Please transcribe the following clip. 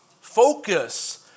Focus